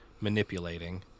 manipulating